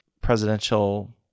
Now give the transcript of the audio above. presidential